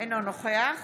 אינו נוכח